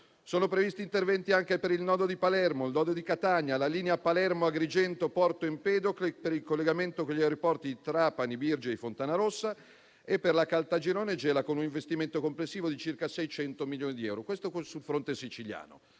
Sono previsti interventi anche per il Nodo di Palermo, il Nodo di Catania, la linea Palermo-Agrigento-Porto Empedocle per il collegamento con gli aeroporti di Trapani Birgi e di Fontanarossa, e per la Caltagirone-Gela con un investimento complessivo di circa 600 milioni di euro. Questo sul fronte siciliano.